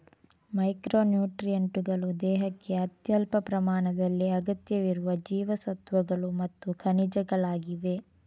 micro ನ್ಯೂಟ್ರಿಯೆಂಟುಗಳು ದೇಹಕ್ಕೆ ಅತ್ಯಲ್ಪ ಪ್ರಮಾಣದಲ್ಲಿ ಅಗತ್ಯವಿರುವ ಜೀವಸತ್ವಗಳು ಮತ್ತು ಖನಿಜಗಳಾಗಿವೆ